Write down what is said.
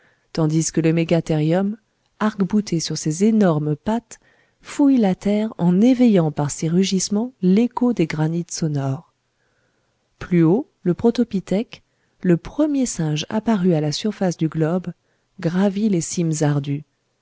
tandis que le megatherium arc-bouté sur ses énormes pattes fouille la terre en éveillant par ses rugissements l'écho des granits sonores plus haut le protopithèque le premier singe apparu à la surface du globe gravit les cimes ardues